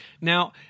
Now